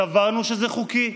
סברנו שזה חוקי.